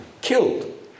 killed